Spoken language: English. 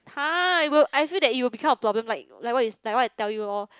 !huh! it will I feel that it will become a problem like like what like what I tell you lor